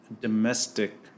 domestic